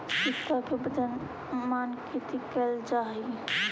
सिक्का के वजन मानकीकृत कैल जा हई